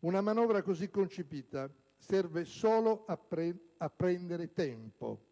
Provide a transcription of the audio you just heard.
Una manovra così concepita serve solo a prendere tempo,